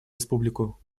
республику